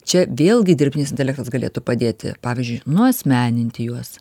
čia vėlgi dirbtinis intelektas galėtų padėti pavyzdžiui nuasmeninti juos